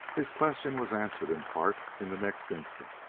his question was answered in part in the next instant.